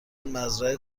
مزرعه